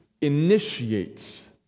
initiates